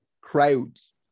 crowds